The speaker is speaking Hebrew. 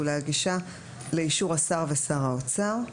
ולהגישה לאישור השר ושר האוצר.